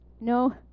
No